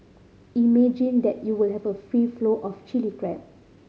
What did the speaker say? imagine that you will have a free flow of Chilli Crab